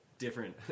different